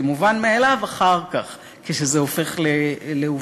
זה מובן מאליו אחר כך, כשזה הופך לעובדה